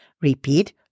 Repeat